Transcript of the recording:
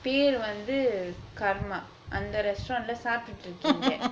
பேர் வந்து கர்மா அந்த:per vanthu karmaa antha restaurant lah சாப்டுட்டு இருக்கீங்க:saapttuttu irukkeenga